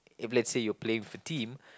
if let's say you play for team